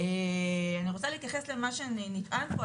אני רוצה להתייחס למה שנטען פה,